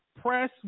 press